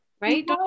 right